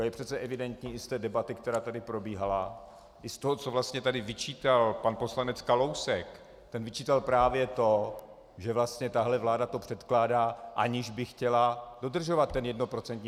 Je přece evidentní i z té debaty, která tady probíhala, i z toho, co vlastně tady vyčítal pan poslanec Kalousek ten vyčítal právě to, že vlastně tahle vláda to předkládá, aniž by chtěla dodržovat ten jednoprocentní...